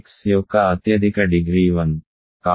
x యొక్క అత్యధిక degree 1